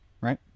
right